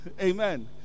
Amen